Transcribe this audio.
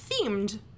themed